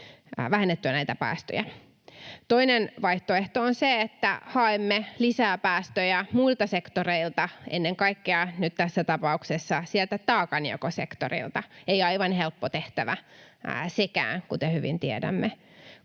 vähennettyä näitä päästöjä. Toinen vaihtoehto on se, että haemme lisää päästöjä muilta sektoreilta, ennen kaikkea nyt tässä tapauksessa sieltä taakanjakosektorilta. Ei aivan helppo tehtävä sekään, kuten hyvin tiedämme.